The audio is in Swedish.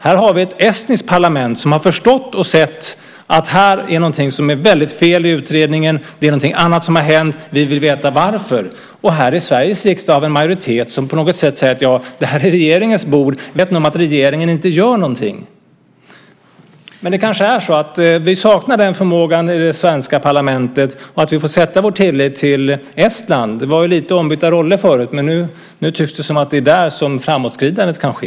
Här har vi ett estniskt parlament som har förstått och sett att det finns någonting som är väldigt fel i utredningen och att det är någonting annat som har hänt. Då känns det lite förödmjukande att vi här i Sveriges riksdag har en majoritet som på något sätt säger att det här är regeringens bord, väl medveten om att regeringen inte gör någonting. Men det kanske är så att vi saknar den förmågan i det svenska parlamentet och att vi får sätta vår tillit till Estland. Det var lite ombytta roller förut, men nu tycks det som att det är där som framåtskridandet kan ske.